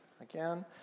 Again